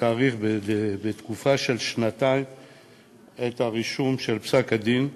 להארכת תקופת הרישום של פסק-הדין בשנתיים,